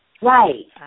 Right